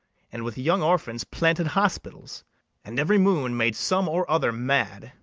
and with young orphans planted hospitals and every moon made some or other mad,